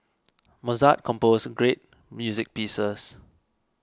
Mozart composed great music pieces